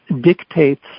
dictates